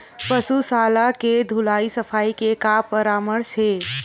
पशु शाला के धुलाई सफाई के का परामर्श हे?